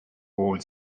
old